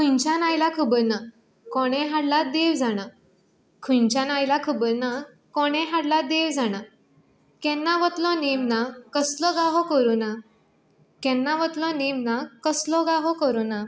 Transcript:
खंयच्यान आयला खबर ना कोणे हाडला देव जाणा खंयच्यान आयला खबर ना कोणे हाडला देव जाणां केन्ना वतलो नेम ना कसलो कांय हो कोरोना केन्ना वतलो नेम ना कसलो कांय हो कोरोना